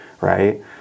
right